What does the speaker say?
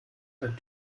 ein